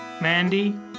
Mandy